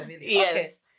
yes